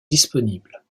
disponibles